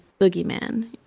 boogeyman